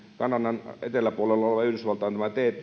siellä kanadan eteläpuolella olevan yhdysvaltain